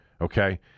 Okay